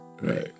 Right